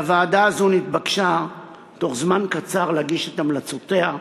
הוועדה הזו נתבקשה להגיש בתוך זמן קצר את המלצותיה.